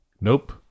Nope